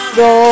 no